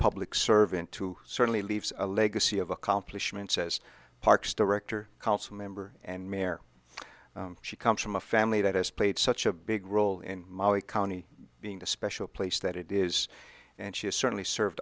public servant to certainly leaves a legacy of accomplishment says parks director council member and mayor she comes from a family that has played such a big role in mali county being the special place that it is and she certainly served